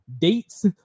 dates